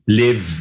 live